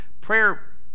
prayer